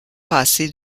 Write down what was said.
passer